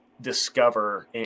discover